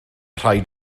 rhaid